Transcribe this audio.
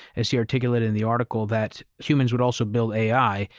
as he articulated in the article, that humans would also build ai,